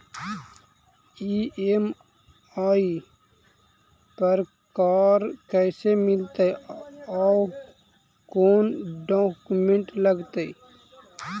EMI पर car कैसे मिलतै औ कोन डाउकमेंट लगतै?